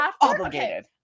Obligated